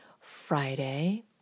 Friday